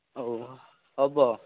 ଓହ ହବ